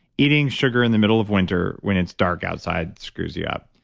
eating sugar in the middle of winter when it's dark outside screws you up.